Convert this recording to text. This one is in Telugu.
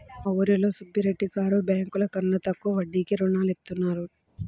మా ఊరిలో సుబ్బిరెడ్డి గారు బ్యేంకుల కన్నా తక్కువ వడ్డీకే రుణాలనిత్తారు